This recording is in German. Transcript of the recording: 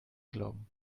glauben